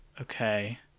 Okay